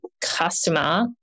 customer